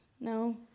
no